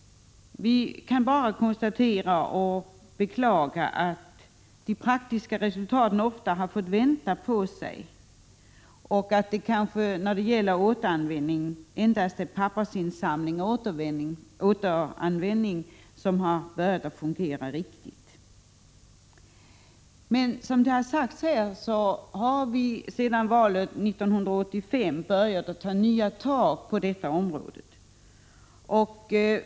Vi kan bara konstatera och beklaga att de praktiska resultaten ofta har låtit vänta på sig och att det kanske när det gäller återanvändning endast är pappersinsamlingen som har börjat fungera på ett riktigt sätt. Som det har sagts här har vi sedan valet 1985 börjat att ta nya tag på detta område.